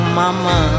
mama